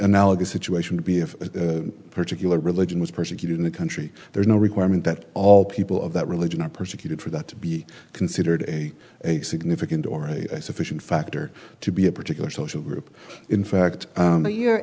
analogous situation would be if a particular religion was persecuted in a country there's no requirement that all people of that religion are persecuted for that to be considered a significant or a sufficient factor to be a particular social group in fact